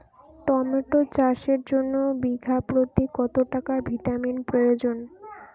Tomato চাষের জন্য বিঘা প্রতি কত গ্রাম ভিটামিন প্রয়োজন?